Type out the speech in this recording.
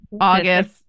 August